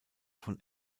von